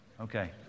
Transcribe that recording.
Okay